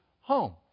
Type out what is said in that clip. home